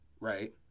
right